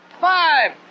five